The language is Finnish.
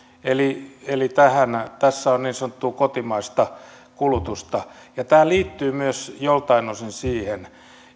eli eli tässä on niin sanottua kotimaista kulutusta tämä liittyy joiltain osin myös siihen